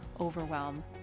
overwhelm